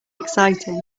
exciting